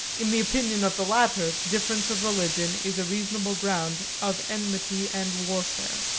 in the opinion of the latter, the difference of religion is a reasonable ground of enmity and warfare.